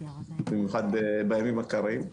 במיוחד בימים הקרים.